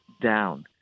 down